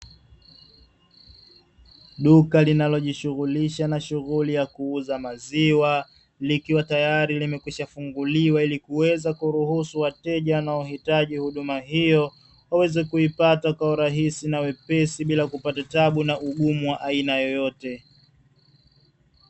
Duka linalojishughulisha na shughuli ya kuuza maziwa, likiwa tayari limekwishafunguliwa ili kuweza kuruhusu wateja waohitaji huduma hiyo, waweze kuipata kwa urahisi bila kupata tabu na ugumu wa aina yoyote.